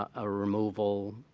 a removal,